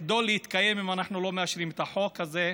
תחדל להתקיים אם אנחנו לא מאשרים את החוק הזה.